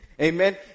Amen